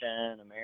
American